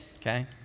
Okay